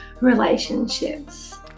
relationships